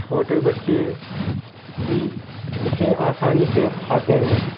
چھوٹے بچے بھی اِسے آسانی سے کھاتے ہیں